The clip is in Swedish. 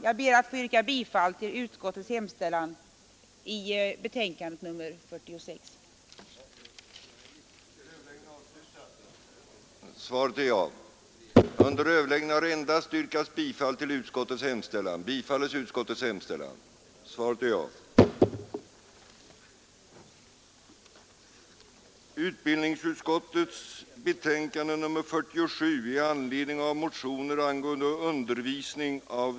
Jag ber att få yrka bifall till utbildningsutskottets syfte att förbättra kunskaperna om människornas fysis